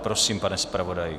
Prosím, pane zpravodaji.